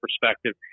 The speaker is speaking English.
perspective